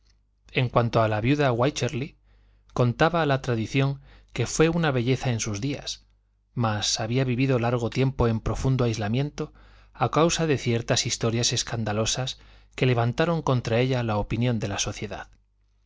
en cuanto a la viuda wycherly contaba la tradición que fué una belleza en sus días mas había vivido largo tiempo en profundo aislamiento a causa de ciertas historias escandalosas que levantaron contra ella la opinión de la sociedad